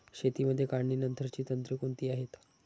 शेतीमध्ये काढणीनंतरची तंत्रे कोणती आहेत?